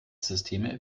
systeme